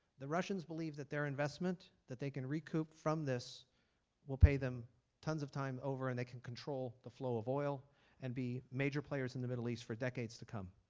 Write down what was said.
the russians believe that their investment that they can recoup from this will pay them tons of time over and they can control the flow of oil and be major players in the middle east for decades to come.